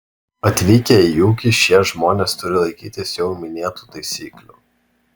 atvykę į ūkį šie žmonės turi laikytis jau minėtų taisyklių